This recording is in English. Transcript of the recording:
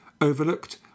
overlooked